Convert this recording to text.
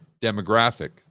demographic